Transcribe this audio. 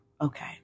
okay